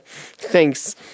thanks